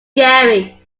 gary